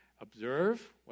Observe